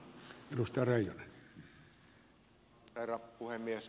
arvoisa herra puhemies